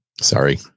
Sorry